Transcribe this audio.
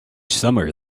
summer